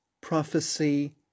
prophecy